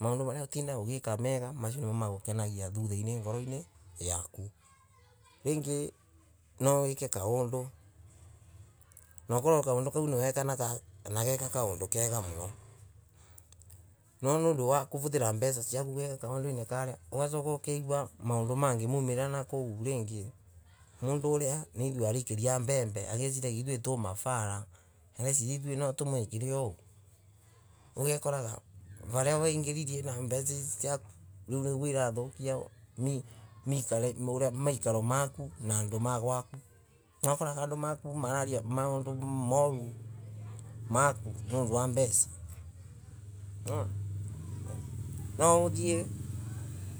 Maundu maria utindaga ugika mega naao nimagukeragia thutaini ngoron yaku. Ringi nawike ta undu nookorwe kaundu kau niwekanaga na wike kaundu kega muno. no nundu wa kuvuthira mbeca ciaku wega kaundu ini karia ugacoke ukeigua maundu mangimumiriria nakuu ringi. mundu uria niwegua areikiria mbembe ageciria twe twi mafala. arearia twe natumwikirie uguo. Ugokaraga varia weingiririe na mbeca icio caku niguo irathukia maikaro maku na andu magwaku. Ukethira andu mararia maundu moru maku nondu wa mbeca. Nwauthiue